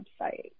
website